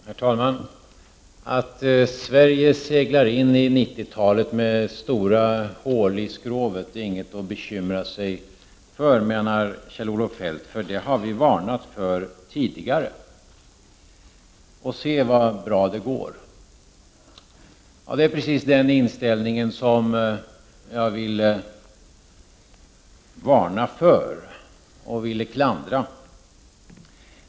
Herr talman! Att Sverige seglar in i 90-talet med stora hål i skrovet är inget att bekymra sig över, menar Kjell-Olof Feldt, för det har man varnat för tidigare. Och se hur bra det går! Det är precis den inställningen som jag vill klandra och varna för.